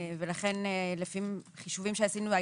לכן לפי חישובים שעשינו,